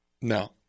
No